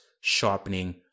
sharpening